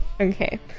Okay